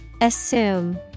Assume